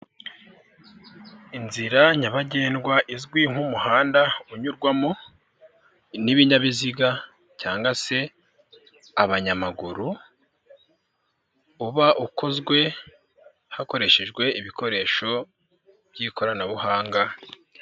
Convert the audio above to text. inzira nyabagendwa, izwi nk'umuhanda unyurwamo n'ibinyabiziga cyangwa se abanyamaguru, uba ukozwe, hakoreshejwe ibikoresho by'ikoranabuhanga.